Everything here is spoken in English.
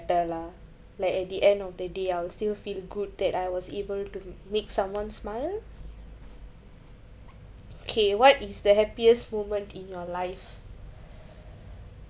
better lah like at the end of the day I'll still feel good that I was able to make someone smile kay what is the happiest moment in your life